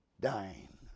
Dying